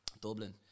Dublin